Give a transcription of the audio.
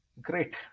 great